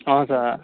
हजुर